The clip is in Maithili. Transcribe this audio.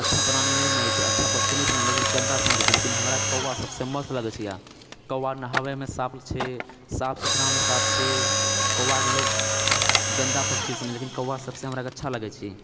अच्छा प्राणी नहि मानैत छै अच्छा पक्षी नहि समझै छै गन्दा समझै छै लेकिन हमरा कौआ सबसँ मस्त लगए छिऐ कौआ नहाबएमे साफ छै साफ सुथरामे साफ छै कौआके लोग गन्दा पक्षी समझै लेकिन कौआ सबसँ हमराके अच्छा लगैत छै